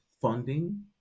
funding